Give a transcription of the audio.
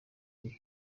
uri